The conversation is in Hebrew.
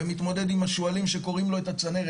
והוא מתמודד עם השועלים שקורעים לו את הצנרת.